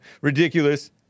Ridiculous